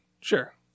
Sure